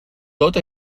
tot